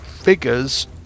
figures